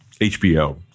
HBO